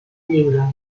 lliure